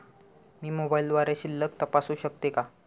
मी मोबाइलद्वारे शिल्लक तपासू शकते का?